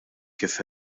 kif